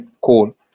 Cool